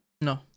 No